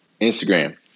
Instagram